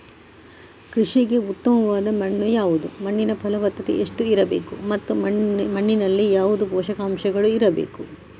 ಕೃಷಿಗೆ ಉತ್ತಮವಾದ ಮಣ್ಣು ಯಾವುದು, ಮಣ್ಣಿನ ಫಲವತ್ತತೆ ಎಷ್ಟು ಇರಬೇಕು ಮತ್ತು ಮಣ್ಣಿನಲ್ಲಿ ಯಾವುದು ಪೋಷಕಾಂಶಗಳು ಇರಬೇಕು?